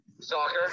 soccer